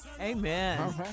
Amen